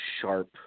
sharp